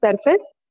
surface